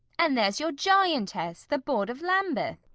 and there's your giantess, the bawd of lambeth.